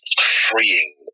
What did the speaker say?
freeing